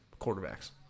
Quarterbacks